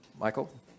Michael